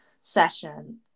session